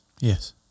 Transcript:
Yes